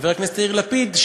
חבר הכנסת יאיר לפיד,